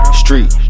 street